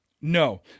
No